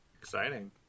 Exciting